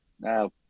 Now